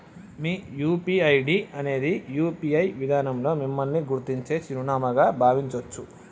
మీ UPI ID అనేది UPI విధానంలో మిమ్మల్ని గుర్తించే చిరునామాగా భావించొచ్చు